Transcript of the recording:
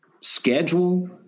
schedule